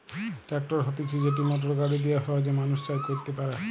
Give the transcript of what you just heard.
tractor হতিছে যেটি motor গাড়ি দিয়া সহজে মানুষ চাষ কইরতে পারে